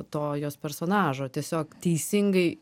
to jos personažo tiesiog teisingai